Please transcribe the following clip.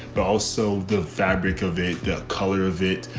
but also the fabric of it, the color of it.